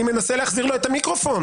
אני מנסה להחזיר לו את המיקרופון.